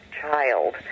child